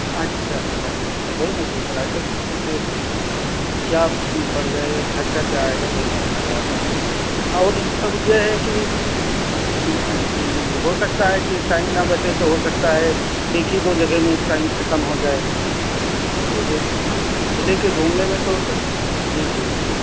اچھا اچھا اچھا اچھا تو وہی میں پوچھ رہا تھا کہ کچھ کیا پڑ جائے گا خرچہ کیا آئے گا وہی میں پوچھ رہا تھا اور اب یہ ہے کہ ہم جی جی ہو سکتا ہے کہ ٹائم نہ بچے تو ہوسکتا ہے ایک ہی دو جگہ میں ٹائم ختم ہو جائے یہ بھی ہاں اسلئے کہ گھومنے میں تو جی جی جی